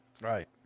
Right